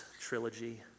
trilogy